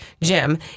Jim